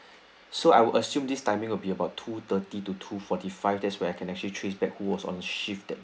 so I would assume this timing will be about two thirty to two forty five there is where I can actually trace back who was on shift then